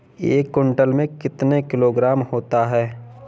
एक क्विंटल में कितने किलोग्राम होते हैं?